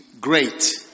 great